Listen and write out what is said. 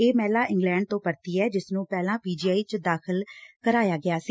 ਇਹ ਮਹਿਲਾ ਇੰਗਲੈਂਡ ਤੋਂ ਪਰਤੀ ਐ ਜਿਸ ਨੁੰ ਪਹਿਲਾਂ ਪੀ ਜੀ ਆਈ ਚ ਦਾਖਲ ਕਰਵਾਇਆ ਗਿਆ ਸੀ